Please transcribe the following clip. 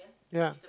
ya